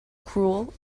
cruel